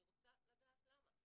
אני רוצה לדעת למה.